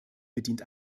bedient